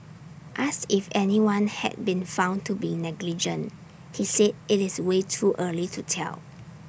asked if anyone had been found to be negligent he said IT is way too early to tell